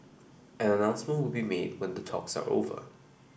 an announcement will be made when the talks are over